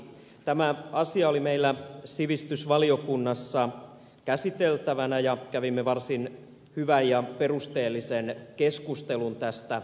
tämä asia oli meillä sivistysvaliokunnassa käsiteltävänä ja kävimme varsin hyvän ja perusteellisen keskustelun tästä